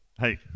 hey